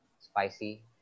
spicy